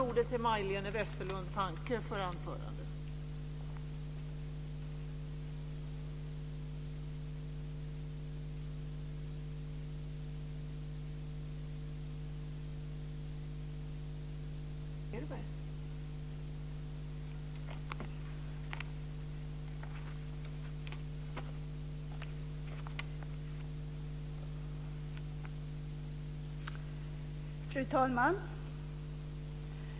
Fru talman!